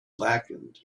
blackened